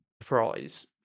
prize